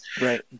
Right